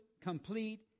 complete